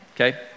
Okay